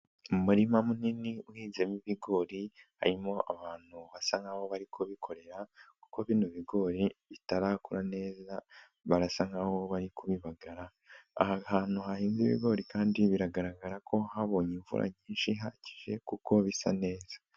Mu murima munini uhinzemo ibigori harimo abantu basa nkaho bari kubikorera kuko bino bigori bitarakura neza, barasa nkaho bari kubibagara. Aha hantu hahinze ibigori kandi biragaragara ko habonye imvura nyinshi ihagije kuko bisa neza.